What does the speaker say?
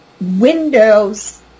windows